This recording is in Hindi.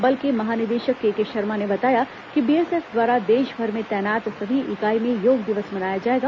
बल के महानिदेशक के के शर्मा ने बताया कि बीएसएफ द्वारा देशभर में तैनात सभी इकाई में योग दिवस मनाया जाएगा